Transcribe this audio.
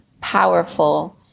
powerful